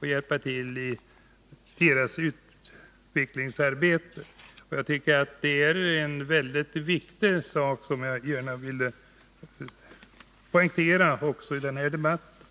hjälp i deras utvecklingsarbete. Jag tror att det är en mycket viktig sak att poängtera också i den här debatten.